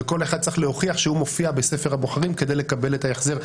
וכל אחד צריך להוכיח שהוא מופיע בספר הבוחרים כדי לקבל את ההחזר.